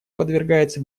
подвергается